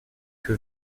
que